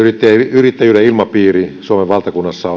yrittäjyyden ilmapiiri suomen valtakunnassa